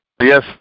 Yes